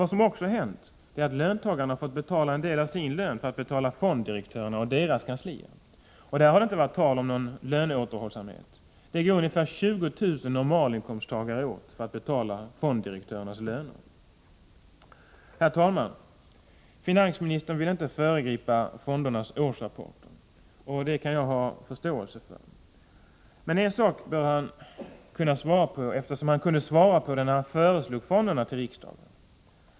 Vad som också har hänt är att löntagarna har fått avstå en del av sin lön för att betala fonddirektörerna och deras kanslier. Där har det inte varit tal om någon löneåterhållsamhet. Det behövs ungefär 20 000 normalinkomsttagare för att betala fonddirektörernas löner. Herr talman! Finansministern vill inte föregripa fondernas årsrapporter. Det kan jag ha förståelse för. Men en sak bör han kunna svara på, eftersom han kunde lämna besked om detta när han lade fram förslag om fonderna för riksdagen.